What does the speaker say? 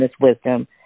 wisdom